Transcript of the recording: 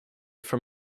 from